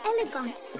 elegant